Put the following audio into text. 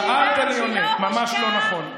שאלת, אני עונה: ממש לא נכון.